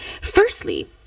Firstly